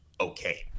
okay